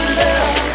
love